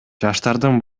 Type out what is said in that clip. жаштардын